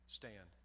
stand